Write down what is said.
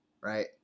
right